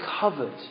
covered